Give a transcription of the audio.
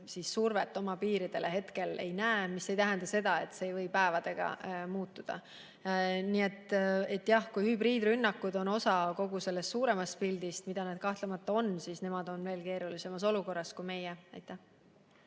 sellist survet oma piiridele hetkel ei näe, mis ei tähenda seda, et see ei või päevadega muutuda. Nii et jah, kui hübriidrünnakud on osa kogu sellest suuremast pildist – ja seda nad kahtlemata on –, siis nemad on veel keerulisemas olukorras kui meie.